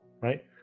right